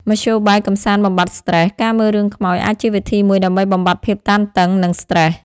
មធ្យោបាយកម្សាន្តបំបាត់ស្ត្រេស ការមើលរឿងខ្មោចអាចជាវិធីមួយដើម្បីបំបាត់ភាពតានតឹងនិងស្ត្រេស។